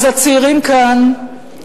אז הצעירים כאן,